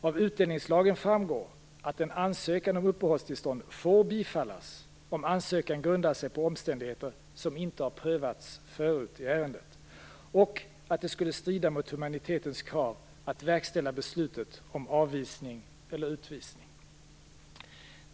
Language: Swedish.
Av utlänningslagen 2 kap. § 5b framgår att en ansökan om uppehållstillstånd får bifallas om ansökan grundar sig på omständigheter som inte har prövats förut i ärendet och på att det skulle strida mot humanitetens krav att verkställa beslutet om avvisning eller utvisning.